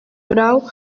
grau